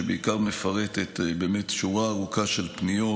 שבעיקר מפרטת באמת שורה ארוכה של פניות,